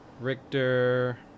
richter